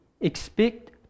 Expect